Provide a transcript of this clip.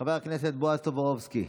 חבר הכנסת בועז טופורובסקי,